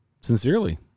Sincerely